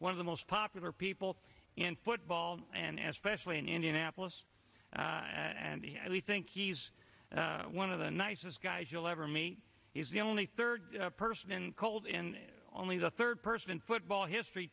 one of the most popular people in football and special in indianapolis and we think he's one of the nicest guys you'll ever meet he's the only third person in cold in only the third person in football history